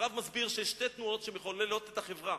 הרב מסביר שיש שתי תנועות שמחוללות את החברה: